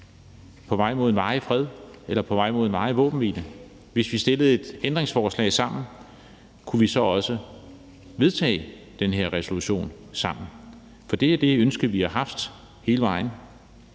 på vej mod en varig fred eller på vej mod en varig våbenhvile, kunne vi så også vedtage den her resolution sammen? For det er det ønske, vi har haft hele vejen